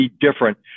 different